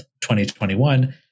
2021